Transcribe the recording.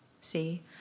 See